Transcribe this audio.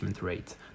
rate